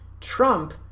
Trump